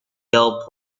girl